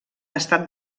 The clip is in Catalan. estat